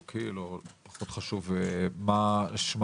עם חברת כי"ל, לא חשוב מה שמה.